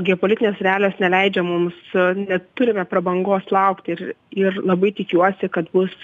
geopolitinės realijos neleidžia mums neturime prabangos laukt ir ir labai tikiuosi kad bus